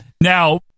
Now